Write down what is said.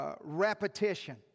repetition